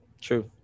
True